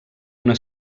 una